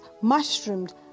mushroomed